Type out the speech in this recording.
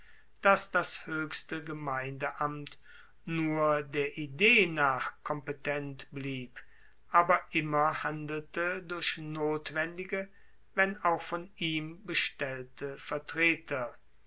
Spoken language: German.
dass das hoechste gemeindeamt nur der idee nach kompetent blieb aber immer handelte durch notwendige wenn auch von ihm bestellte vertreter